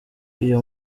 iyo